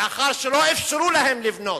לאחר שלא אפשרו להם לבנות,